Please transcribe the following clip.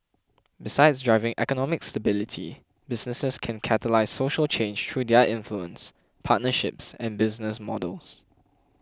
besides driving economic stability businesses can catalyse social change through their influence partnerships and business models